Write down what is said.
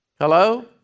hello